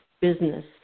business